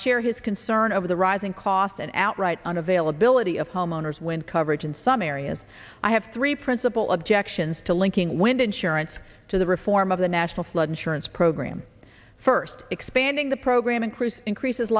share his concern over the rising cost and outright on availability of homeowners when coverage in some areas i have three principle objections to linking wind insurance to the reform of the national flood insurance program first expanding the program increase increases